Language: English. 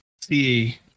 see